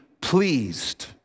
pleased